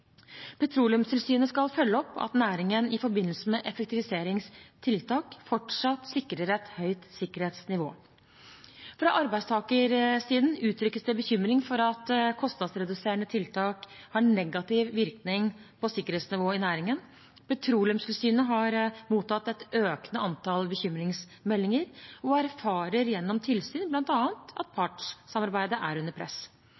Petroleumstilsynet skal følge opp at næringen i forbindelse med effektiviseringstiltak fortsatt sikrer et høyt sikkerhetsnivå. Fra arbeidstakersiden uttrykkes det bekymring for at kostnadsreduserende tiltak har negativ virkning på sikkerhetsnivået i næringen. Petroleumstilsynet har mottatt et økende antall bekymringsmeldinger og erfarer gjennom tilsyn bl.a. at partssamarbeidet er under press.